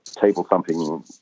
table-thumping